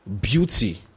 beauty